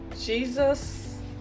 Jesus